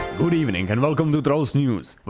good evening and welcome to trollsnews,